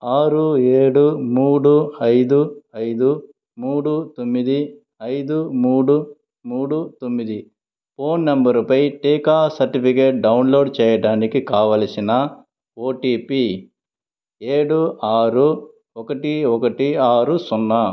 ఆరు ఏడు మూడు ఐదు ఐదు మూడు తొమ్మిది ఐదు మూడు మూడు తొమ్మిది ఫోన్ నెంబరుపై టీకా సర్టిఫికేట్ డౌన్లోడ్ చేయడానికి కావలసిన ఓటిపి ఏడు ఆరు ఒకటి ఒకటి ఆరు సున్నా